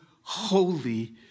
holy